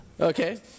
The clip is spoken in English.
Okay